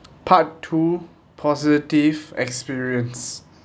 part two positive experience